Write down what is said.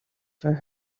for